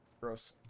Gross